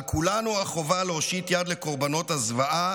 על כולנו החובה להושיט יד לקורבנות הזוועה